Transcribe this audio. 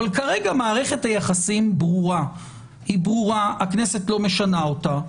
כרגע מערכת היחסים ברורה והכנסת לא משנה אותה,